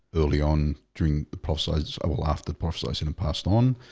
early on during the process. i will after posture. i sinned and passed on